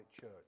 church